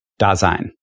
Dasein